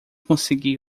consegui